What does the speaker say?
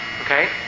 Okay